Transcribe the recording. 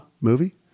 movie